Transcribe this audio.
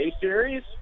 series